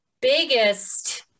biggest